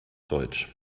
deutsch